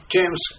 James